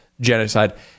genocide